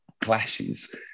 clashes